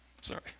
Sorry